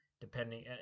depending